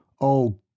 Oh